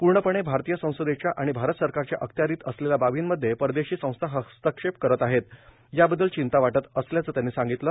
पूर्णपणे भारतीय संसदेच्या आणि भारत सरकारच्या अखत्यारित असलेल्या बार्बीमधे परदेशी संस्था हस्तक्षेप करत आहेत याबद्दल चिंता वाटत असल्याचं त्यांनी सांगितलं